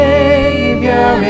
Savior